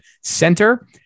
center